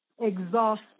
exhausted